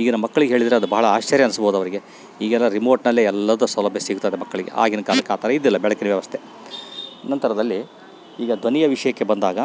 ಈಗಿನ ಮಕ್ಳಿಗೆ ಹೇಳಿದ್ರೆ ಅದು ಭಾಳ ಆಶ್ಚರ್ಯ ಅನಿಸ್ಬೋದ್ ಅವರಿಗೆ ಈಗೆಲ್ಲ ರಿಮೋಟ್ನಲ್ಲೆ ಎಲ್ಲದು ಸೌಲಭ್ಯ ಸಿಕ್ತದೆ ಮಕ್ಕಳಿಗೆ ಆಗಿನ ಕಾಲಕ್ಕೆ ಆ ಥರ ಇದ್ದಿಲ್ಲ ಬೆಳಕಿನ ವ್ಯವಸ್ಥೆ ನಂತರದಲ್ಲಿ ಈಗ ಧ್ವನಿಯ ವಿಷಯಕ್ಕೆ ಬಂದಾಗ